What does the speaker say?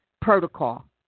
protocol